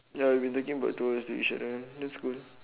ya we've been talking about two hours never mind that's cool